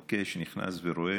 נוקש, נכנס ורואה.